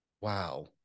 wow